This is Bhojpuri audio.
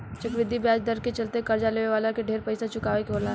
चक्रवृद्धि ब्याज दर के चलते कर्जा लेवे वाला के ढेर पइसा चुकावे के होला